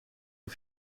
een